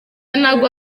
nabwo